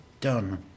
done